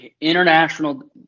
international